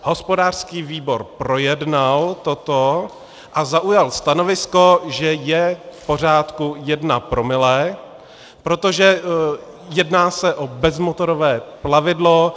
Hospodářský výbor projednal toto a zaujal stanovisko, že je v pořádku jedno promile, protože se jedná o bezmotorové plavidlo.